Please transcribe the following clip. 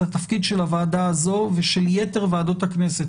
התפקיד של הוועדה הזאת ושל יתר ועדות הכנסת,